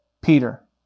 Peter